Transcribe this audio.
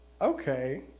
Okay